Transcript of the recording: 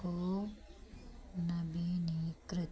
को नवीनकृत